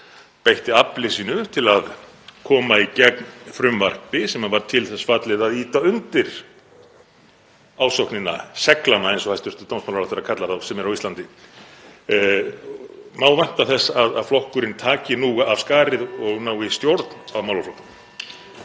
beitti afli sínu til að koma í gegn frumvarpi sem var til þess fallið að ýta undir ásóknina, seglana, eins og hæstv. dómsmálaráðherra kallar það, sem eru á Íslandi. Má vænta þess að flokkurinn taki nú af skarið og nái stjórn á málaflokknum?